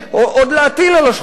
עוד להטיל על השכונה הזאת,